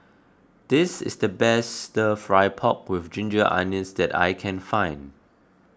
this is the best Stir Fry Pork with Ginger Onions that I can find